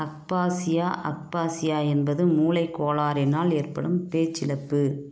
Abbasiya aphasia என்பது மூளைக்கோளாறினால் ஏற்படும் பேச்சிழப்பு